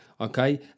Okay